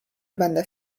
będę